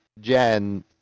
Jen